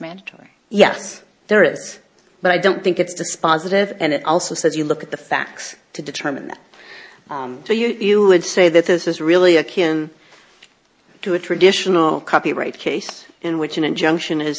mandatory yes there is but i don't think it's dispositive and it also says you look at the facts to determine that so you would say that this is really a kin to a traditional copyright case in which an injunction is